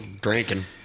Drinking